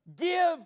Give